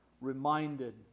reminded